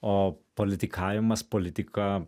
o politikavimas politika